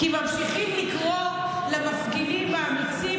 כי ממשיכים לקרוא למפגינים האמיצים,